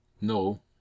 no